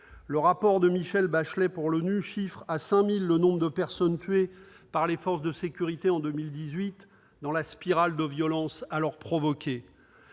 Le rapport de Michelle Bachelet pour l'ONU chiffre à 5 000 le nombre de personnes tuées par les forces de sécurité en 2018, dans la spirale de violences alors provoquée.